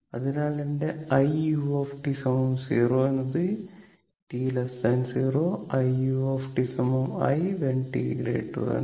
അതിനാൽ എന്റെ i u 0 എന്നത് t 0 i u i t 0